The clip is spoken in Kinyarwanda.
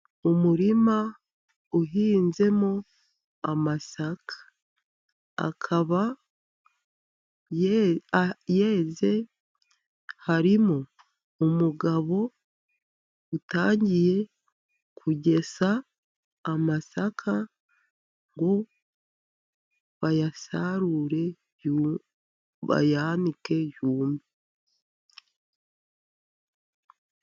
Umurima uhinzemo amasaka, akaba yeze, harimo umugabo utangiye kugesa amasaka ngo bayasarure, bayanike yume.